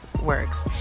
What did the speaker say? works